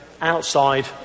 outside